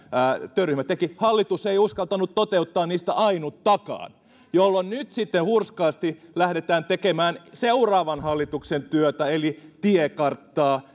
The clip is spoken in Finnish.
työryhmä teki hallitus ei uskaltanut toteuttaa ainuttakaan jolloin nyt sitten hurskaasti lähdetään tekemään seuraavan hallituksen työtä eli tiekarttaa